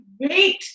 wait